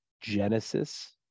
Genesis